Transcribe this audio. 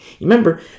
Remember